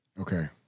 Okay